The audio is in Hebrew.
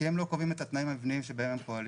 כי הם לא קובעים את התנאים המבניים שבהם הם פועלים.